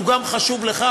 הוא גם חשוב לך,